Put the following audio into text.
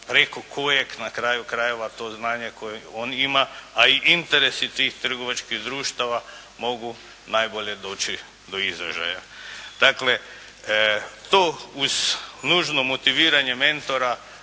preko kojeg na kraju krajeva to znanje koje on ima, a i interes je tih trgovačkih društava, mogu najbolje doći do izražaja. Dakle to uz nužno motiviranje mentora